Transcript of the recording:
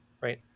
right